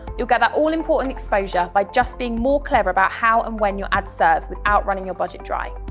you'll get that all-important exposure by just being more clever about how and when your ads serve without running your budget dry.